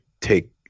take